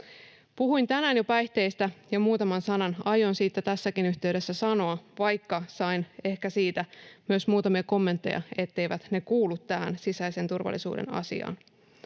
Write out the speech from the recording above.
Puhuin tänään jo päihteistä, ja muutaman sanan aion niistä tässäkin yhteydessä sanoa, vaikka sain siitä myös muutamia kommentteja, etteivät ne kuulu tähän sisäisen turvallisuuden asiaan.